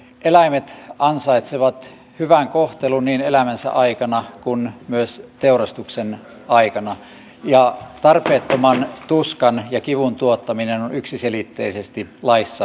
eläimet ansaitsevat hyvän kohtelun niin elämänsä aikana kuin myös teurastuksen aikana ja tarpeettoman tuskan ja kivun tuottaminen on yksiselitteisesti laissa kielletty